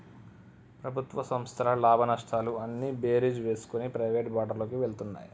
ప్రభుత్వ సంస్థల లాభనష్టాలు అన్నీ బేరీజు వేసుకొని ప్రైవేటు బాటలోకి వెళ్తున్నాయి